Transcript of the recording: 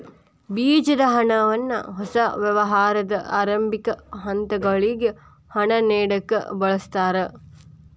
ಬೇಜದ ಹಣವನ್ನ ಹೊಸ ವ್ಯವಹಾರದ ಆರಂಭಿಕ ಹಂತಗಳಿಗೆ ಹಣ ನೇಡಕ ಬಳಸ್ತಾರ